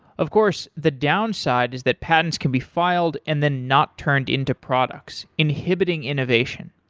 of course, the downside is that patterns can be filed and then not turned into products, inhibiting innovation.